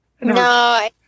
No